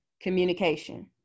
communication